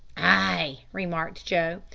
ay, remarked joe,